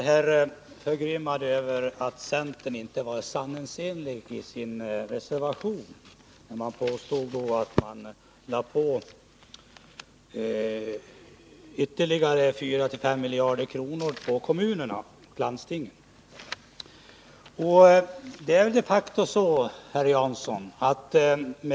Herr talman! Paul Jansson var förgrymmad över att centern inte var sanningsenlig i sin reservation när man lade på ytterligare 4-5 miljarder kronor på kommunerna och landstingen.